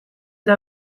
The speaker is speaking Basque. eta